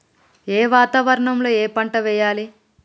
ఏ వాతావరణం లో ఏ పంట వెయ్యాలి?